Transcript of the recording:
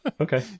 Okay